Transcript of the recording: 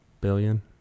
billion